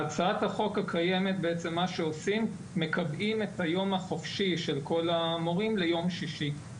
בהצעת החוק הקיימת מקבעים את היום החופשי של כל המורים ליום שישי,